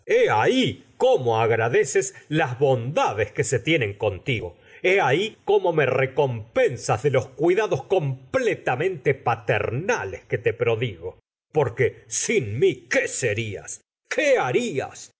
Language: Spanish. ahí cómo agradeces las bondades que se tienen contigo hé ahí cómo me recompensas de los cuidados completamente paternales que te prodigo porque sin mi qué serias qué harías